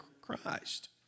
Christ